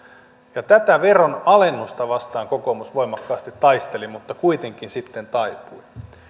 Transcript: ja tätä veron alennusta vastaan kokoomus voimakkaasti taisteli mutta kuitenkin sitten taipui